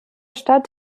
stadt